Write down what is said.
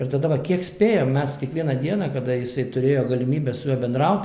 ir tada va kiek spėjom mes kiekvieną dieną kada jisai turėjo galimybę su juo bendraut